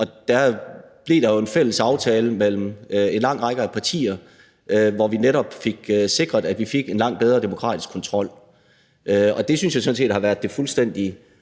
Og der blev der jo lavet en fælles aftale mellem en lang række af partier, hvor vi netop fik sikret, at vi fik en langt bedre demokratisk kontrol. Det synes jeg sådan set har været det fuldstændig